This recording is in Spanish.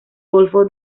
golfo